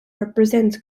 represents